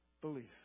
belief